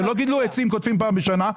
זה לא שגידלו עצים וקוטפים פעם בשנה.